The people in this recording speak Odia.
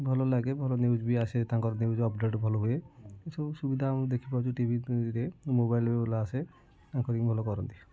ଭଲ ଲାଗେ ଭଲ ନ୍ୟୁଜ୍ ବି ଆସେ ତାଙ୍କର ନ୍ୟୁଜ୍ ଅପଡ଼େଟ୍ ଭଲ ହୁଏ ଏ ସବୁ ସୁବିଧା ଆମେ ଦେଖିପାରୁଛୁ ଟିଭିରେ ମୋବାଇଲ୍ରେ ଭଲ ଆସେ ଆଙ୍କରିଙ୍ଗ୍ ଭଲ କରନ୍ତି